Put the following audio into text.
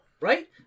right